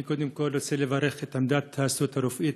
אני קודם כול רוצה לברך את עמדת ההסתדרות הרפואית,